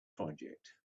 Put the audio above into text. project